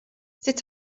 sut